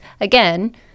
again